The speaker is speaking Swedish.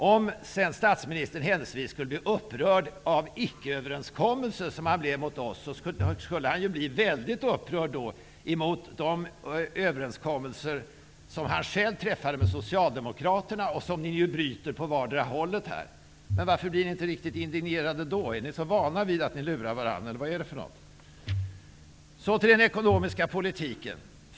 Om statsministern blir upprörd över brott mot icke-överenskommelser, som han blev i våras, borde han bli ännu mer upprörd över brotten mot de överenskommelser som han själv har träffat med Socialdemokraterna -- dem bryter ni ju på båda hållen. Varför blir ni inte indignerade då? Är ni så vana vid att ni lurar varandra, eller vad beror det på? Så till den ekonomiska politiken.